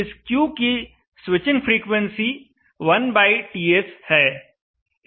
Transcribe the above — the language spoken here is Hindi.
इस Q की स्विचिंग फ्रीक्वेंसी 1TS है